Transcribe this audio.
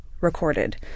recorded